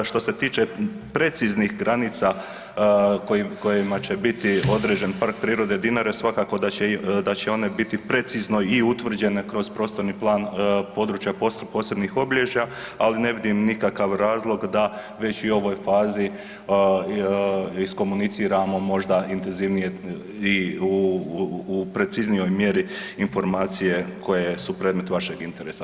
Što se tiče preciznih granica kojima će biti određen Park prirode Dinare svakako da će one biti i precizno i utvrđene kroz prostorni plan područja posebnih obilježja, ali ne vidim nikakav razlog da već i u fazi iskomuniciramo možda intenzivnije i u preciznijoj mjeri informacije koje su predmet vašeg interesa.